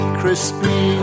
crispy